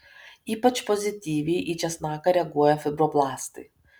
ypač pozityviai į česnaką reaguoja fibroblastai